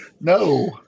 no